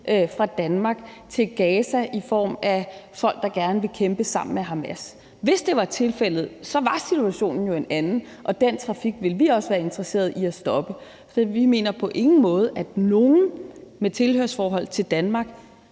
fra Danmark til Gaza, i forhold til at der er folk, der gerne vil kæmpe sammen med Hamas. Hvis det var tilfældet, var situationen jo en anden, og den trafik ville vi også være interesseret i at stoppe. Så vi mener på ingen måde, at nogen med tilhørsforhold til Danmark